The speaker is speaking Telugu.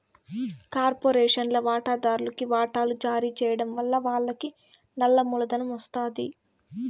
కార్పొరేషన్ల వాటాదార్లుకి వాటలు జారీ చేయడం వలన వాళ్లకి నల్ల మూలధనం ఒస్తాది